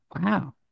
Wow